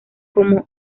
como